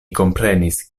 komprenis